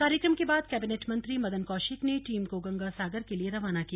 कार्यक्रम के बाद कैबिनेट मंत्री मदन कौशिक ने टीम को गंगा सागर के लिए रवाना किया